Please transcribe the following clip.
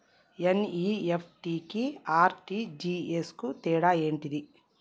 NEFT కి RTGS కు తేడా ఏంటిది?